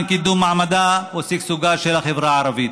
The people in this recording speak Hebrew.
קידום מעמדה ושגשוגה של החברה הערבית